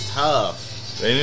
tough